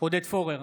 עודד פורר,